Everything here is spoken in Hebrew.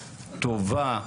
טובה,